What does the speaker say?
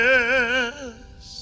Yes